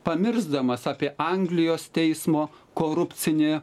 pamiršdamas apie anglijos teismo korupcinę